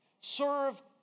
serve